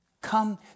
Come